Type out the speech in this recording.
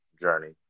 journey